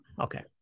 okay